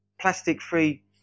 plastic-free